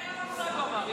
אין לנו מושג ברפורמה.